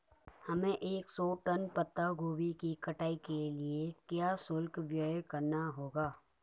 हमें एक सौ टन पत्ता गोभी की कटाई के लिए क्या शुल्क व्यय करना होगा?